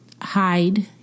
hide